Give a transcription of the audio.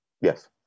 Yes